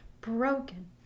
broken